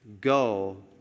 Go